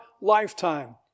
lifetime